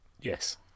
Yes